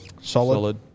Solid